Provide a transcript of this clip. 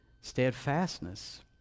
steadfastness